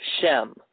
Shem